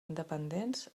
independents